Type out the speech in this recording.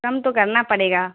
کم تو کرنا پڑے گا